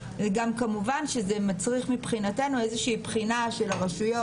כמובן שזה גם מצריך מבחינתנו איזושהי בחינה של הרשויות.